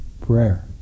prayer